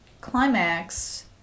climax